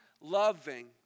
loving